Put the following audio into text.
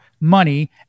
money